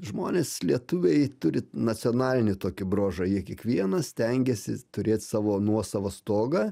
žmonės lietuviai turi nacionalinį tokį bruožą jie kiekvienas stengiasi turėt savo nuosavą stogą